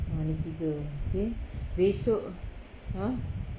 ah ni tiga okay esok !huh!